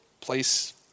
place